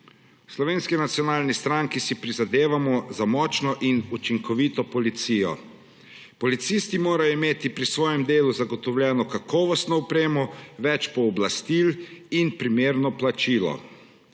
Slovenski nacionalni stranki si prizadevamo za močno in učinkovito policijo. Policisti morajo imeti pri svojem delu zagotovljeno kakovostno opremo, več pooblastil in primerno plačilo.